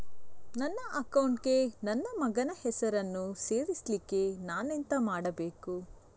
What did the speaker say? ನನ್ನ ಅಕೌಂಟ್ ಗೆ ನನ್ನ ಮಗನ ಹೆಸರನ್ನು ಸೇರಿಸ್ಲಿಕ್ಕೆ ನಾನೆಂತ ಮಾಡಬೇಕು?